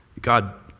God